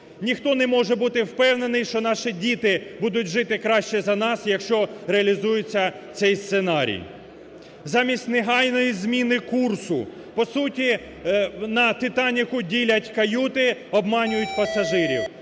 Ніхто не може бути впевнений, що наші діти будуть жити краще за нас, якщо реалізується цей сценарій. Замість негайної зміни курсу, по суті, на "Титаніку" ділять каюти, обманюють пасажирів.